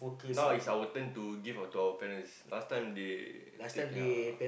now is our turn to give our to our parents last time they take care